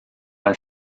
bei